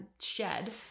shed